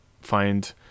find